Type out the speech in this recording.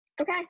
Okay